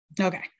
Okay